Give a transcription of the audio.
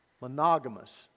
monogamous